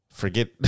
forget